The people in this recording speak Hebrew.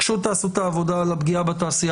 גשו תעשו את העבודה על הפגיעה בתעשייה